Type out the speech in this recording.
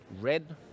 red